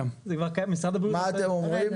מה אתם אומרים?